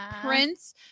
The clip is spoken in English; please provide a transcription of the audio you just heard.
prince